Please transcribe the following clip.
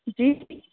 جی